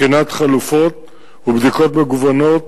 בחינת חלופות ובדיקות מגוונות